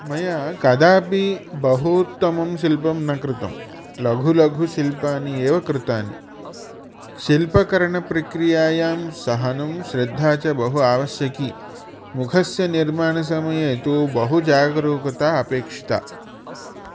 मया कदापि बहु उत्तमं सिल्पं न कृतम् लघु लघु सिल्पानि एव कृतानि सिल्पकरणप्रक्रियायां सहनं श्रद्धा च बहु आवश्यकि मुखस्य निर्माणसमये तु बहु जागरूकता अपेक्षिता